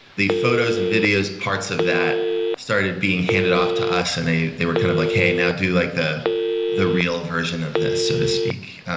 photos and videos parts of that started being handed off to us and they they were kind of like, hey, now do like the the real version of this, so to speak.